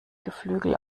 geflügel